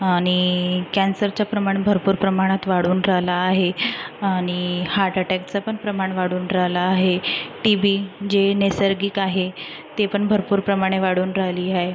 आणि कॅन्सरचं प्रमाण भरपूर प्रमाणात वाढून राहिलं आहे आणि हार्टअटॅकचं प्रमाण वाढून राहिलं आहे टी बी जे नैसर्गिक आहे ते पण भरपूर प्रमाणात वाढून राहिली आहे